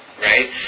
right